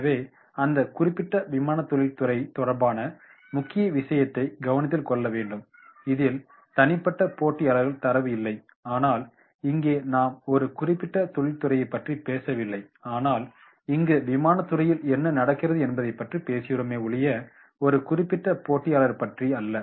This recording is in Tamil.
எனவே அந்த குறிப்பிட்ட விமானத் தொழில்துறை தொடர்பான முக்கிய விஷயத்தை கவனத்தில் கொள்ள வேண்டும் இதில் தனிப்பட்ட போட்டியாளர் தரவுகள் இல்லை ஆனால் இங்கே நாம் ஒரு குறிப்பிட்ட தொழிற்துறையைப் பற்றி பேசவில்லை ஆனால் இங்கு விமானத் துறையில் என்ன நடக்கிறது என்பதை பற்றி பேசுகிறோமே ஒழிய ஒரு குறிப்பிட்ட போட்டியாளர் பற்றியல்ல